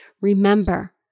Remember